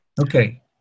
Okay